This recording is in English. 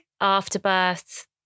afterbirth